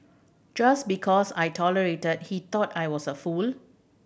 just because I tolerated he thought I was a fool